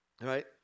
right